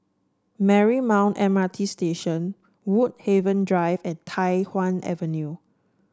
Marymount M R T Station Woodhaven Drive and Tai Hwan Avenue